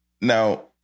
Now